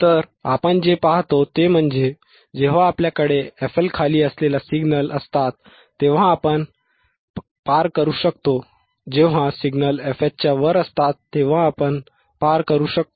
तर आपण जे पाहतो ते म्हणजे जेव्हा आपल्याकडे fL खाली असलेले सिग्नल असतात तेव्हा आपण पार करू शकतो जेव्हा सिग्नल fH च्या वर असतात तेव्हा आपण पार करू शकतो